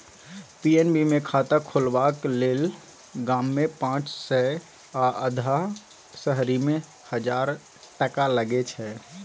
PNB मे खाता खोलबाक लेल गाममे पाँच सय आ अधहा शहरीमे हजार टका लगै छै